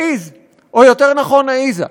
העז, או יותר נכון, העזה.